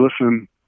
listen